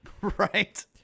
Right